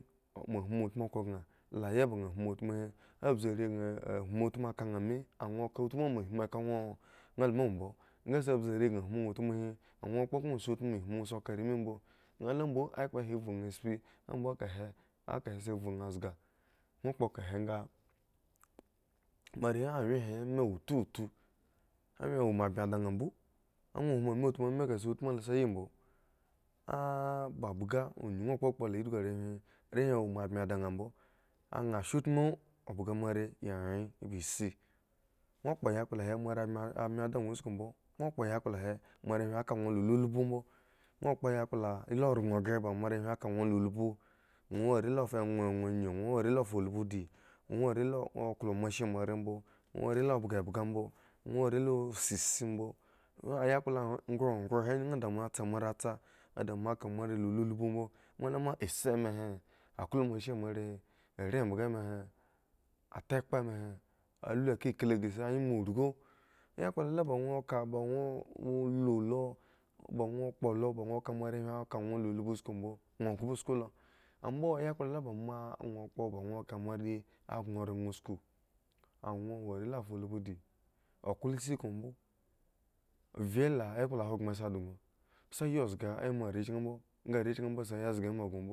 Moa hmu ŋwo utmu khro kan laya ban hmu nha utmu hi abzu are ban hmu utmu kanha me, ŋwo ka utmu me hmu ka ŋwo? Nga luma mbo nhasa bzu are ban hmu utmu hi a ŋwo sha kpo kahhasi utmu me hum ŋwo ka re mii mbo nha lembo la kpla he vhu nha tspi ambo kahe ekahe sa vhunha zga nwo kpokahe nga moare wo tutu awayen womoa bmi dna mbo a dwo hmu mi utmu emi kasi utmu lo si yimbo ah bhgabhga anyun kpolpo endhga rehwin rehwin womoa bmi di nha bo anha shautmu obhga moare ayi wgen isi ŋwo kpo yakpla he moare ka ŋwo la lubhu ŋwo wo fa wo are la wonwon anyu ŋwo wo arele fulbi di ŋwo wo fa wo are la klo moa she moare mbo ŋwo wo are le fulbi di ŋwo wo are la klo moa she moare mbo ŋwo wo are le bhgahga mbo ŋwo wo are le si isi mbo o yakpla khukhu he anyi adamoa tsamoare tsa ada moa kamoare la lulbhu mbo moa luma asi ema he aklo moashe moare are mbhga mi he atekpah mi he alu klikli ghre si anyme rigu yakpla la ba ŋwo ka ba ŋwo ba lu lo ba ŋwo kpo lo ba ŋwws ka moarehwin ka ŋwo la ulubhu usku mbo ŋwo ghba sku lo ambo ayakpla la boma ŋwo kpo ba ŋwo ka moare a gŋoran gno usku awo wo arela falubhu di aklo si gno mbo vye la ekpla hogbren si di ŋwo si ayi zga ama rechki mbo nga arechkimbo a siayi zga ema gŋo mbo.